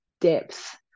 depth